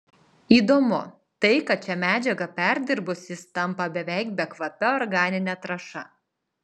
įdomu tai kad šią medžiagą perdirbus jis tampa beveik bekvape organine trąša